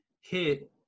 hit